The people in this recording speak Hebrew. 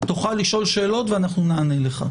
תוכל לשאול שאלות ואנחנו נענה לך,